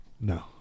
No